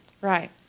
Right